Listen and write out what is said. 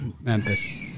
Memphis